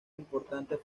importantes